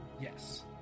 Yes